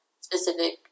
specific